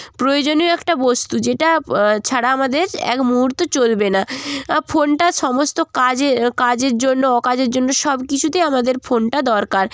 প্রয়োজনীয় একটা বস্তু যেটা ছাড়া আমাদের এক মুহুর্ত চলবে না ফোনটা সমস্ত কাজে কাজের জন্য অকাজের জন্য সব কিছুতেই আমাদের ফোনটা দরকার